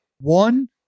one